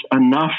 enough